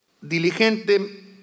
diligente